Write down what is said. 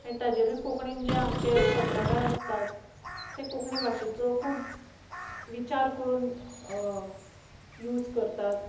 आनी ताचेरूय कोंकणींत जे आमचे पत्रकार आसतात ते कोंकणी भाशेचो खूब विचार करून यूज करतात